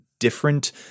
different